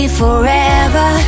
forever